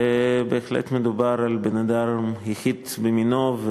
ובהחלט מדובר על בן-אדם יחיד במינו,